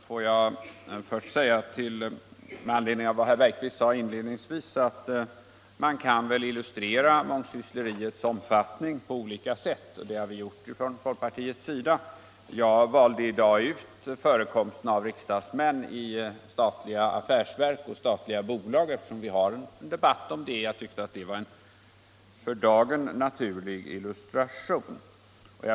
Herr talman! Med anledning av vad herr Bergqvist sade inledningsvis vill jag framhålla att man kan illustrera mångsyssleriets omfattning på olika sätt — något som vi också har gjort från folkpartiet. Jag valde i dag ut förekomsten av riksdagsmän i statliga affärsverk och bolag, eftersom det förs en debatt om detta. Jag tyckte att det var en för dagen naturlig illustration.